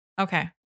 Okay